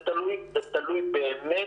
זה תלוי באמת